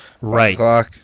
right